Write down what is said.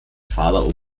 pharao